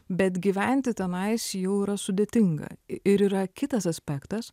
bet gyventi tenais jau yra sudėtinga ir yra kitas aspektas